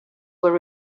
were